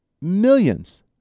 millions